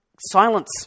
silence